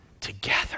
together